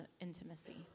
intimacy